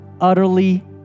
utterly